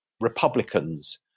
Republicans